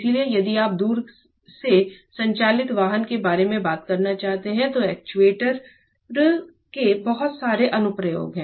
इसलिए यदि आप दूर से संचालित वाहन के बारे में बात करना चाहते हैं तो एक्चुएटर के बहुत सारे अनुप्रयोग हैं